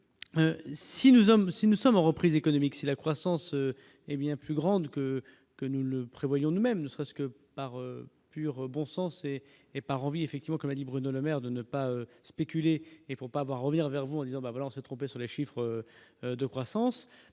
avons, si nous sommes en reprise économique, c'est la croissance hé bien plus grande que que nous le prévoyions nous-mêmes, ne serait-ce que par pur bon sens et et par envie effectivement comme dit Bruno Le Maire de ne pas spéculer et faut pas voir revenir vers vous en disant trompé sur les chiffres de croissance il